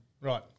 Right